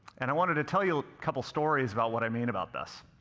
and i wanted to tell you a couple stories about what i mean about this.